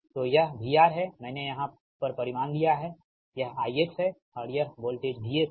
तो यह VR है मैंने यहां पर परिमाण लिया है यह IX है और यह वोल्टेज VS है